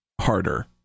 harder